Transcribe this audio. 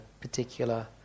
particular